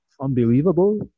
unbelievable